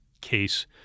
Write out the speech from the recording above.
case